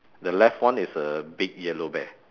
the left one is a big yellow bear